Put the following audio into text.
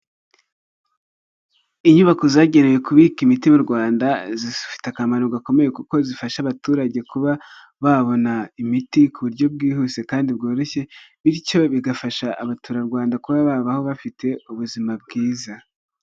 Inyubako zagenewe kubika imiti mu Rwanda, zifite akamaro gakomeye kuko zifasha abaturage kuba babona imiti ku buryo bwihuse kandi bworoshye, bityo bigafasha abaturarwanda kuba babaho bafite ubuzima bwiza.